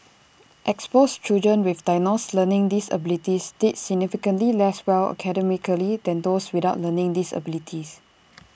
exposed children with diagnosed learning disabilities did significantly less well academically than those without learning disabilities